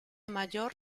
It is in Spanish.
mayor